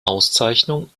auszeichnung